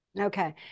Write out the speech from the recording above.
Okay